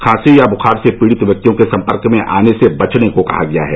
खांसी या बुखार से पीड़ित व्यक्तियों के सम्पर्क में आने से बचने को कहा गया है